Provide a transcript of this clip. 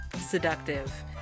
seductive